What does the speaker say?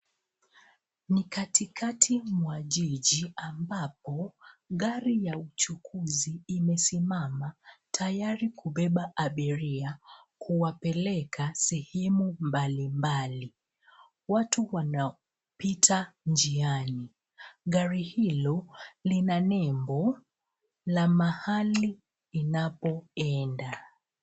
Ni katikati mwa jiji ambapo magari ya uchukuzi imesimama tayari kubeba abiria kuwapeleka sehemu mbalimbali. Watu wanapita njiani. Gari hilo lina nembo la mahali inapoenda.